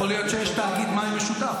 יכול להיות שיש תאגיד מים משותף,